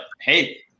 hey